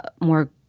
more